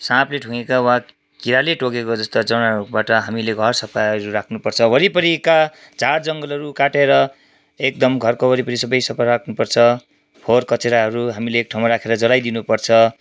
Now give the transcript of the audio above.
साँपले ठुँगेका वा किराले टोकेको जस्ता जनावरहरूबाट हामीले घर सफाहरू राख्नु पर्छ वरिपरिका झार जङ्गलहरू काटेर एकदम घरको वरिपरि सधैँ सफा राख्नुपर्छ फोहोर कचेराहरू हामीले एकठाउँमा राखेर जलाइदिनु पर्छ